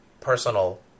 personal